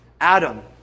Adam